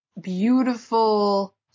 beautiful